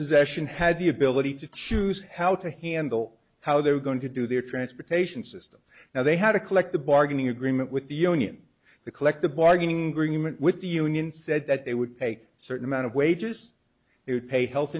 possession had the ability to choose how to handle how they were going to do their transportation system now they had a collective bargaining agreement with the union the collective bargaining agreement with the union said that they would take certain amount of wages they would pay health